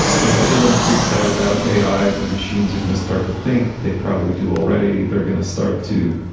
you know, everyone freaks out about a i. the machines are going to start to think they probably do already. they're going to start to,